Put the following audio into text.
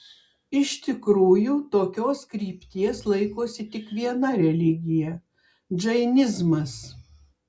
iš tikrųjų tokios krypties laikosi tik viena religija džainizmas